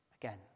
again